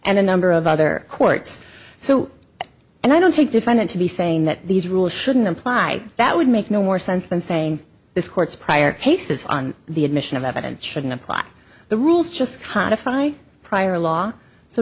and a number of other courts so and i don't take defendant to be saying that these rules shouldn't apply that would make no more sense than saying this court's prior cases on the admission of evidence shouldn't apply the rules just codified prior law so